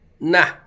Nah